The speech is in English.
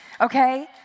Okay